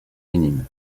minimes